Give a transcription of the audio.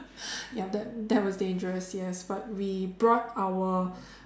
yup that that was dangerous yes but we brought our